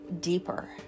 deeper